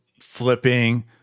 flipping